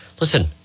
Listen